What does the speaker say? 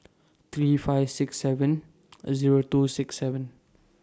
three five six seven Zero two six seven